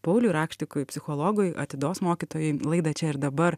pauliui rakštikui psichologui atidos mokytojui laidą čia ir dabar